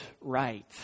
right